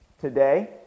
today